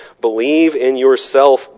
believe-in-yourself